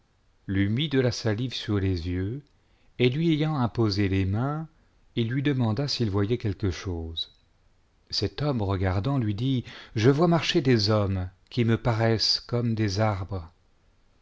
de la salive sur les yeux et lui ayant imposé les mains il lui demanda s'il voyait quelque chose cet homme regardant lui dit je vois marcher des hommes qui me paraissent comme des arbres